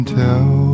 tell